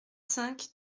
cinq